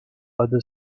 other